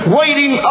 waiting